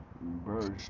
Birds